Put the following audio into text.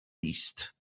list